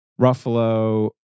Ruffalo